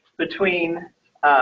between